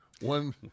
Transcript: one